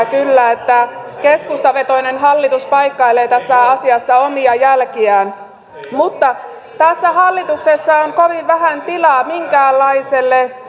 kyllä ymmärrettävää että keskustavetoinen hallitus paikkailee tässä asiassa omia jälkiään mutta tässä hallituksessa on kovin vähän tilaa minkäänlaiselle